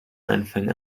anfang